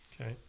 Okay